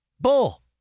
Bull